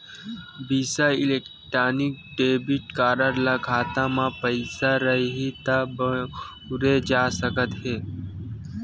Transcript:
बिसा electronic debit card ल खाता म पइसा रइही त बउरे जा सकत हे